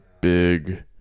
big